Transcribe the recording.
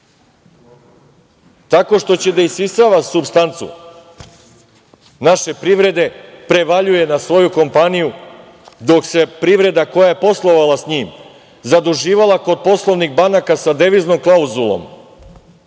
tako što će da isisava supstancu naše privrede, prevaljuje na svoju kompaniju. Dok se privreda koja je poslovala sa njim zaduživala kod poslovnih banaka sa deviznom klauzulom,